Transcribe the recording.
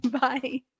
Bye